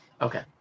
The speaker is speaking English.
Okay